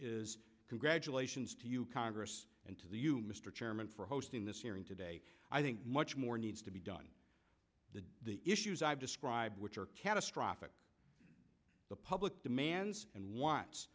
is congratulations to you congress and to you mr chairman for hosting this hearing today i think much more needs to be done the issues i've described which are catastrophic the public demands and